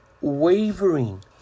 wavering